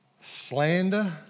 slander